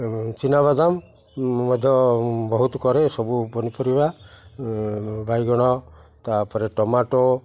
ଚିନାବାଦାମ ମଧ୍ୟ ବହୁତ କରେ ସବୁ ପନିପରିବା ବାଇଗଣ ତାପରେ ଟମାଟୋ